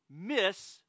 miss